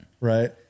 right